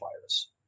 virus